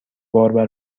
باربر